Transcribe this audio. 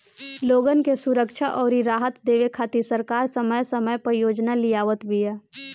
लोगन के सुरक्षा अउरी राहत देवे खातिर सरकार समय समय पअ योजना लियावत बिया